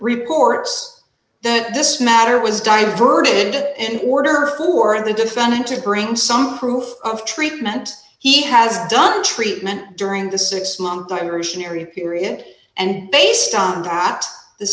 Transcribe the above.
reports that this matter was diverted in order for every defendant to bring some proof of treatment he has done treatment during the six month diversionary period and based on not the